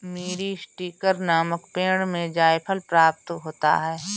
मीरीस्टिकर नामक पेड़ से जायफल प्राप्त होता है